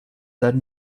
that